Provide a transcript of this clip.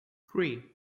three